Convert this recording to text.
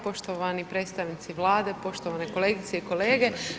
Poštovani predstavnici Vlade, poštovane kolegice i kolege.